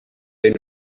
den